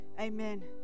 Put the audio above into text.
Amen